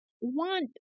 want